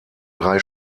drei